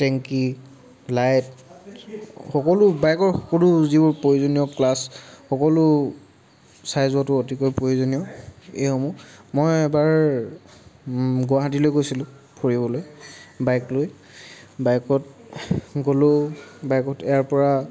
টেংকি লাইট সকলো বাইকৰ সকলো যিবোৰ প্ৰয়োজনীয় ক্লাট্চ সকলো চাই যোৱাটো অতিকৈ প্ৰয়োজনীয় এইসমূহ মই এবাৰ গুৱাহাটীলৈ গৈছিলোঁ ফুৰিবলৈ বাইক লৈ বাইকত গলোঁ বাইকত ইয়াৰ পৰা